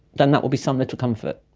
then that will be some little comfort.